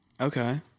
Okay